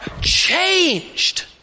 changed